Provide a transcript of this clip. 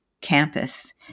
campus